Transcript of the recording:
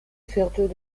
viertel